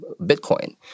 Bitcoin